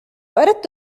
أردت